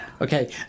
Okay